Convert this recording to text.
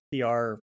PR